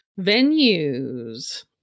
venues